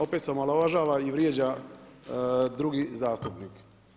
Opet se omalovažava i vrijeđa drugi zastupnik.